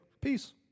peace